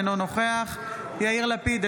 אינו נוכח יאיר לפיד,